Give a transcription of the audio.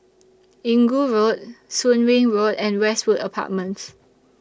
Inggu Road Soon Wing Road and Westwood Apartments